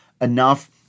enough